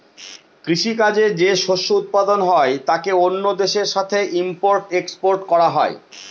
কৃষি কাজে যে শস্য উৎপাদন হয় তাকে অন্য দেশের সাথে ইম্পোর্ট এক্সপোর্ট করা হয়